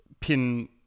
pin